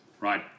Right